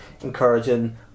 encouraging